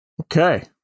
Okay